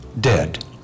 dead